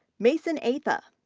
mason atha,